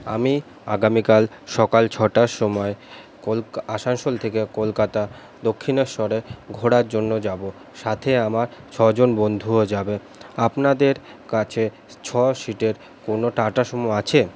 আমি আগামী কাল সকাল ছটার সময় আসানসোল থেকে কলকাতা দক্ষিণেশ্বরে ঘোরার জন্য যাবো সাথে আমার ছজন বন্ধুও যাবে আপনাদের কাছে ছ সিটের কোনো টাটা সুমো আছে